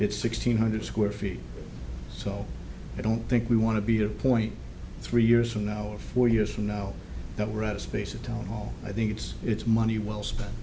it's sixteen hundred square feet so i don't think we want to be of point three years from now or four years from now that we're out of space at all i think it's it's money well spent